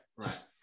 right